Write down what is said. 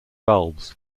bulbs